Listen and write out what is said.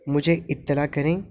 مجھے اطرح کریں